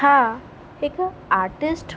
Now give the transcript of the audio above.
हा हिकु आर्टिस्ट